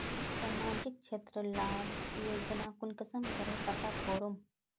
सामाजिक क्षेत्र लार योजना कुंसम करे पता करूम?